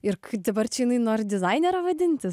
ir dabar čia jinai nori dizainere vadintis